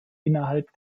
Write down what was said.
innerhalb